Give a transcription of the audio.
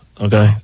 Okay